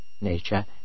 Nature